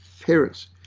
parents